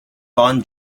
bon